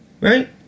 Right